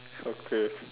okay